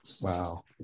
Wow